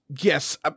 Yes